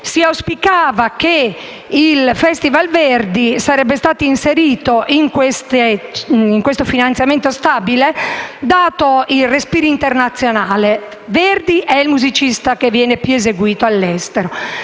Si auspicava, cioè, che il Festival Verdi fosse inserito nel finanziamento stabile dato il respiro internazionale. Verdi è il musicista che viene più eseguito all'estero;